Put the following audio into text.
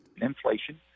Inflation